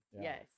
Yes